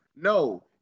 No